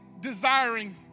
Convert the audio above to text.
desiring